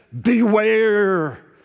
beware